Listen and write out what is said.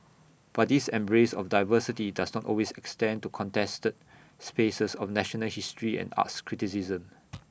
but this embrace of diversity does not always extend to contested spaces of national history and arts criticism